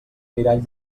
mirall